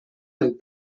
nel